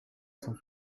cent